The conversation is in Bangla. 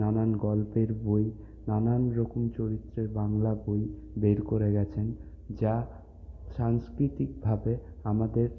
নানান গল্পের বই নানান রকম চরিত্রের বাংলা বই বের করে গেছেন যা সাংস্কৃতিকভাবে আমাদের